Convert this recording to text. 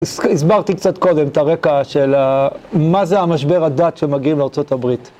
הסברתי קצת קודם את הרקע של מה זה המשבר הדת שמגיעים לארה״ב.